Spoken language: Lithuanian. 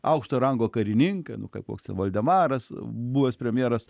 aukšto rango karininkai nu kaip koks ten valdemaras buvęs premjeras